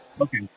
Okay